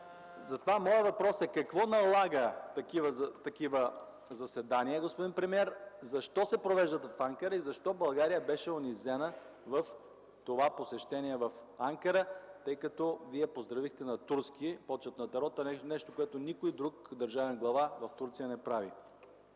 изтекло.) Моят въпрос е: какво налага такива заседания, господин премиер? Защо се провеждат в Анкара? Защо България беше унизена на това посещение в Анкара, тъй като Вие поздравихте на турски почетната рота? Нещо, което никой друг държавен глава в Турция не прави.